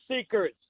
seekers